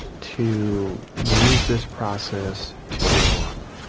to use this process to grow up.